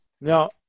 Now